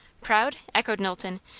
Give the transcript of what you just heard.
proud? echoed knowlton.